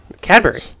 Cadbury